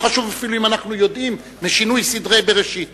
לא חשוב אפילו אם אנחנו יודעים על שינוי סדרי בראשית.